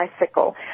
bicycle